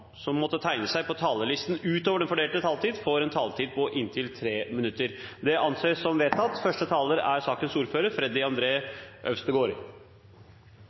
som måtte tegne seg på talerlisten utover den fordelte taletid, får en taletid på inntil 3 minutter. – Det anses vedtatt.